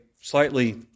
slightly